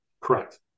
Correct